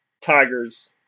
Tigers